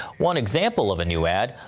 one example of a new ad,